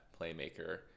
playmaker